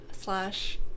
slash